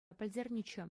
пӗлтернӗччӗ